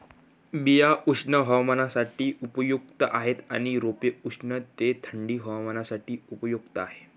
बिया उष्ण हवामानासाठी उपयुक्त आहेत आणि रोपे उष्ण ते थंडी हवामानासाठी उपयुक्त आहेत